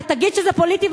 ותגיד שזה פוליטי,